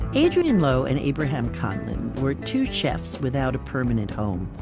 adrienne lo and abraham conlon were two chefs without a permanent home.